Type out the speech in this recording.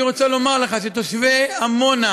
אני רוצה לומר לך שתושבי עמונה,